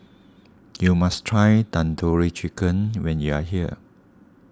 you must try Tandoori Chicken when you are here